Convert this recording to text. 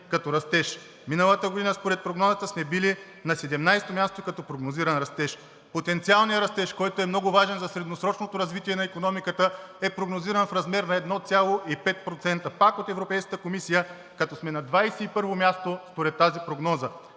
като растеж. Миналата година според прогнозата сме били на 17-о място като прогнозиран растеж. Потенциалният растеж, който е много важен за средносрочното развитие на икономиката, е прогнозиран в размер 1,5% пак от Европейската комисия, като сме на 21-во място според тази прогноза.